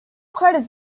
credits